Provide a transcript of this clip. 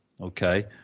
okay